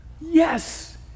yes